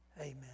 Amen